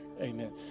Amen